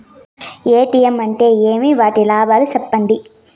ATM అంటే ఏమి? వాటి లాభాలు సెప్పండి